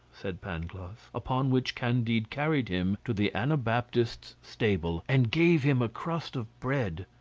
said pangloss. upon which candide carried him to the anabaptist's stable, and gave him a crust of bread.